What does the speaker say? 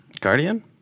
Guardian